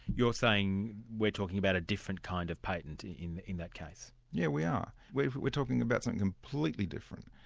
you're saying, we're talking about a different kind of patent in in that case? yes, yeah we are. we're we're talking about something completely different.